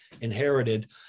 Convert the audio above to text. inherited